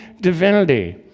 divinity